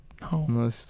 No